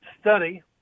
study